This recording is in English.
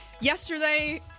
Yesterday